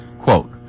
Quote